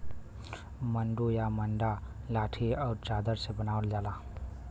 मड्डू या मड्डा लाठी आउर चादर से बनावल जाला